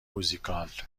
موزیکال